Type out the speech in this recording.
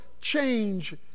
change